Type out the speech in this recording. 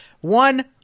one